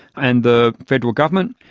and the federal government.